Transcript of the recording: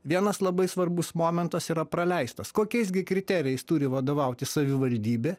vienas labai svarbus momentas yra praleistas kokiais gi kriterijais turi vadovautis savivaldybė